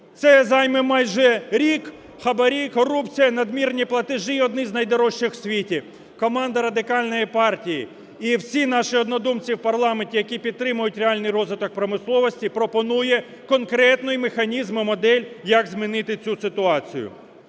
Це займе майже рік: хабарі, корупція, надмірні платежі – одні з найдорожчих в світі. Команда Радикальної партії і всі наші однодумці в парламенті, які підтримують реальний розвиток промисловості пропонує конкретний механізм і модель як змінити цю ситуацію.